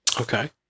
Okay